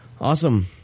Awesome